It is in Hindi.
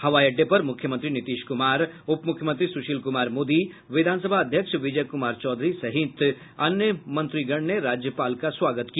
हवाई अड्डे पर मुख्यमंत्री नीतीश कुमार उपमुख्यमंत्री सुशील कुमार मोदी विधानसभा अध्यक्ष विजय कुमार चौधरी सहित अन्य मंत्रीगण ने राज्यपाल का स्वागत किया